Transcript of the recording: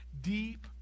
deep